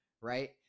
right